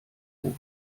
den